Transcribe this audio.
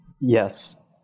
Yes